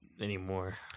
anymore